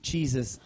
Jesus